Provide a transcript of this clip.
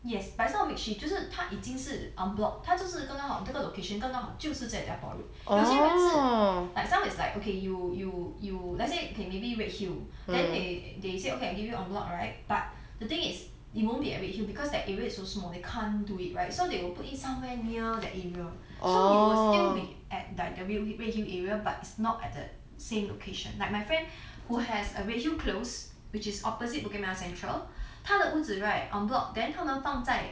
yes but it's not a makeshift 就是它已经是 en bloc 他就是刚刚好这个 location 刚刚好就是在 depot road 有些人是 like some is like okay you you you let's say okay maybe redhill then they they said okay I'll give you en bloc right but the thing is it won't be at redhill because that area so small they can't do it right so they will put it somewhere near that area sit will still be at like the redhill area but it's not at the same location like my friend who has a redhill close which is opposite bukit merah central 他的屋子 right en bloc then 他们放在